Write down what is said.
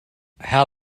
how